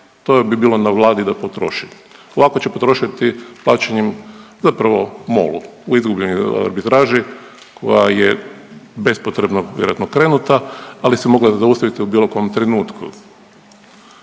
to bi bilo na vladi da potroši, ovako će potrošiti plaćanjem zapravo MOL-u u izgubljenoj arbitraži koja je bespotrebno vjerojatno krenuta, ali se mogla zaustaviti u bilo kojem trenutku.